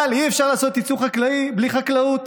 אבל אי-אפשר לעשות יצוא חקלאי בלי חקלאות.